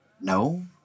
No